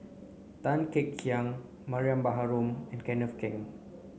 Tan Kek Hiang Mariam Baharom and Kenneth Keng